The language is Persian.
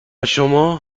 شما